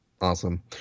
Awesome